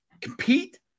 compete